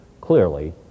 clearly